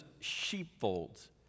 sheepfolds